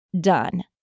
done